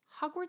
Hogwarts